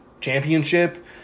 championship